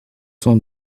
sans